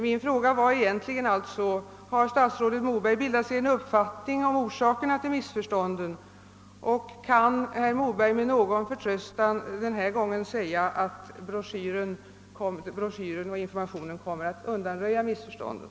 Min fråga var egentligen denna: Har statsrådet Moberg bildat sig en uppfattning om orsakerna till missförstånden, och kan herr Moberg med någon förtröstan denna gång säga, att den broschyr som nu utges kommer att undanröja dem?